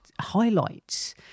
highlights